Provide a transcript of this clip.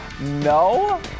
No